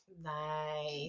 nice